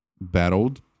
battled